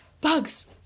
Bugs